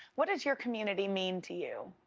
what does your community mean to you?